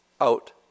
out